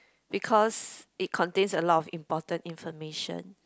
because it contains a lot of important information